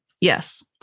Yes